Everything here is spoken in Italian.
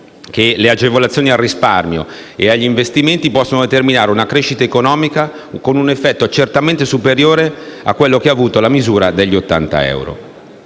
che le agevolazioni al risparmio e agli investimenti possano determinare sulla crescita economica un effetto certamente superiore a quello che ha avuto la misura degli 80 euro.